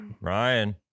Ryan